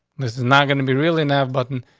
this is not going to be really now, button.